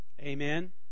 Amen